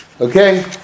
Okay